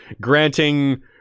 granting